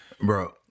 Bro